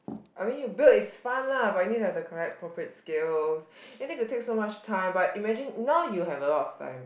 I mean you build is fun lah but you need to have the correct appropriate skills you need to take so much time but imagine now you have a lot of time